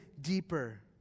deeper